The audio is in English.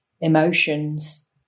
emotions